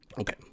Okay